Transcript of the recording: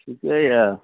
ठीके यऽ